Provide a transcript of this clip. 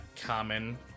common